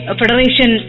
federation